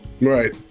Right